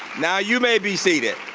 now you may be seated.